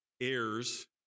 heirs